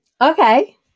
Okay